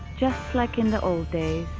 just like in the old days